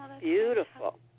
Beautiful